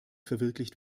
verwirklicht